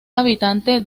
habitante